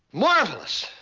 marvelous.